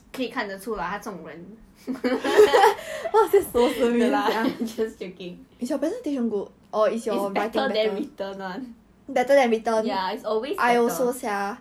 可以看得出 lah 他这种人 no lah just joking is better than written one ya it's always better